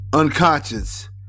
Unconscious